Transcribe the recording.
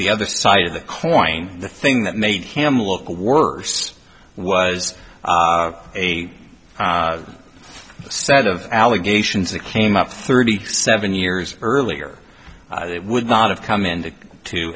the other side of the coin the thing that made him look a worse was a set of allegations that came up thirty seven years earlier that would not have come into t